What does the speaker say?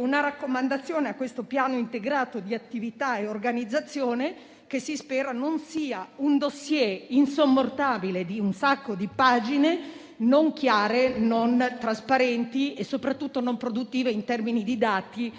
una raccomandazione rispetto al Piano integrato di attività e organizzazione, nella speranza che non sia un *dossier* insormontabile di pagine e pagine non chiare, non trasparenti e soprattutto non produttive in termini di dati.